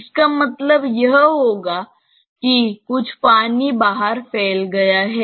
इसका मतलब यह होगा कि कुछ पानी बाहर फैल गया है